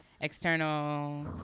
external